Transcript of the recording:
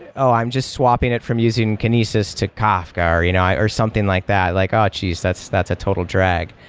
oh, i'm just swapping it from using kinesis to kafka, or you know or something like that, like, oh, gees! that's that's a total drag.